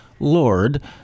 Lord